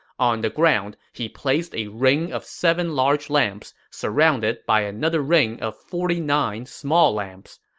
on the ground, he placed a ring of seven large lamps, surrounded by another ring of forty nine small lamps.